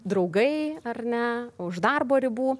draugai ar ne už darbo ribų